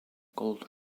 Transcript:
gold